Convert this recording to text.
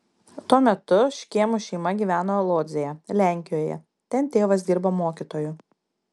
tuo metu škėmų šeima gyveno lodzėje lenkijoje ten tėvas dirbo mokytoju